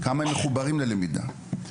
כמה הם מחוברים ללמידה?